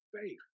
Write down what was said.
faith